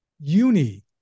Uni